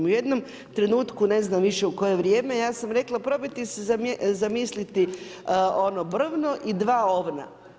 U jednom trenutku ne znam više u koje vrijeme ja sam rekla probajte si zamisliti ono brvno i dva ovna.